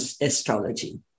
astrology